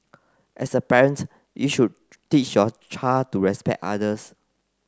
as a parent you should teach your child to respect others